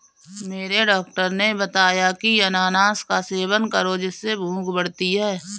मेरे डॉक्टर ने बताया की अनानास का सेवन करो जिससे भूख बढ़ती है